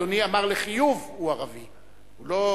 אדוני אמר לחיוב "הוא ערבי", הוא לא אמר,